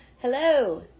Hello